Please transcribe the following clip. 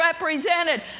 represented